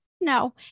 no